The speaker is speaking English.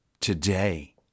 today